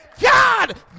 God